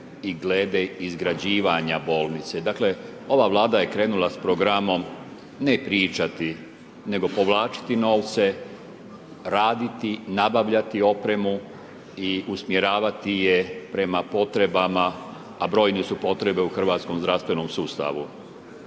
i glede izgrađivanja bolnice, dakle ova vlada je krenula s programom ne pričati, nego povlačiti novce, raditi, nabavljati opremu i usmjeravati je prema potrebama, a brojne su potrebe u hrvatskom zdravstvenom sustavu.